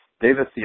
Davis